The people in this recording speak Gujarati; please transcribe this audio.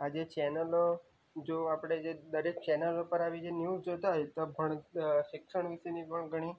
આ જે ચેનલો જો આપણે જે દરેક ચેનલો પર આવી જે ન્યૂઝ જોતાં હોય તો પણ શિક્ષણ વિષેની પણ ઘણી